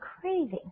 craving